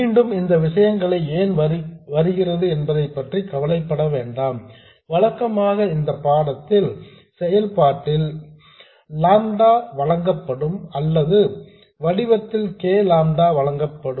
மீண்டும் இந்த விஷயங்கள் ஏன் வருகின்றன என்பதைப் பற்றி கவலைப்பட வேண்டாம் வழக்கமாக இந்த பாடத்தில் அல்லது செயல்பாட்டில் லாம்டா வழங்கப்படும் அல்லது இந்த வடிவத்தில் k லாம்டா வழங்கப்படும்